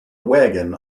wagon